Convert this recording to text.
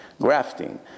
Grafting